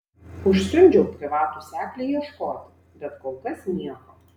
užsiundžiau privatų seklį ieškoti bet kol kas nieko